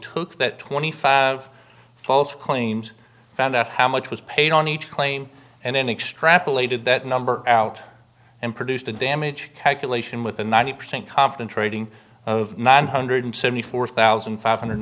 took that twenty five false claims found out how much was paid on each claim and then extrapolated that number out and produced the damage calculation with a ninety percent confident trading of nine hundred seventy four thousand five hundred